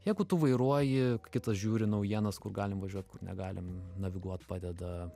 jeigu tu vairuoji kitas žiūri naujienas kur galim važiuot kur negalim naviguot padeda